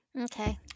Okay